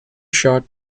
short